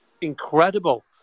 incredible